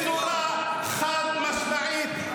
-- בצורה חד-משמעית.